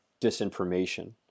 disinformation